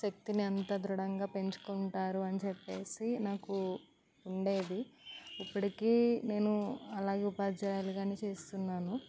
శక్తిని అంత దృఢంగా పెంచుకుంటారు అని చెప్పేసి నాకు ఉండేది ఇప్పటికీ నేను అలాగే ఉపాధ్యాయులుగానే చేస్తున్నాను